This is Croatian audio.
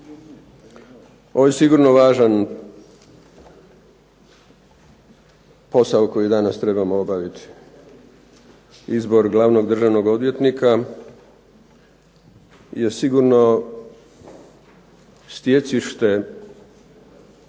ovo je sigurno važan posao koji danas trebamo obaviti. Izbor glavnog državnog odvjetnika je sigurno stjecište